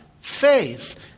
faith